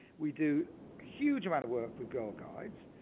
we do huge amount of work with girl guides.